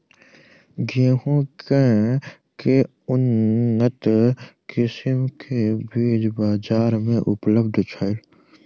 गेंहूँ केँ के उन्नत किसिम केँ बीज बजार मे उपलब्ध छैय?